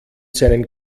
seinen